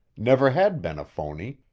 never had been a phony,